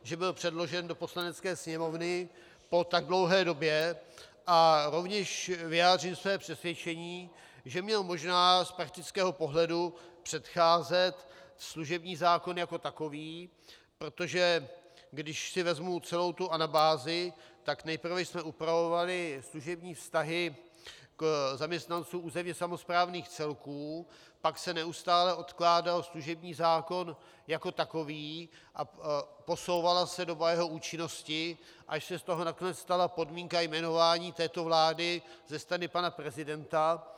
Vítám to, že byl předložen do Poslanecké sněmovny po tak dlouhé době, a rovněž vyjádřím své přesvědčení, že měl možná z praktického pohledu předcházet služební zákon jako takový, protože když si vezmu celou tu anabázi, tak nejprve jsme upravovali služební vztahy k zaměstnancům územně samosprávných celků, pak se neustále odkládal služební zákon jako takový a posouvala se doba jeho účinnosti, až se z toho nakonec stala podmínka jmenování této vlády ze strany pana prezidenta.